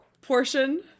portion